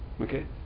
Okay